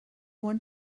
one